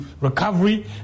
recovery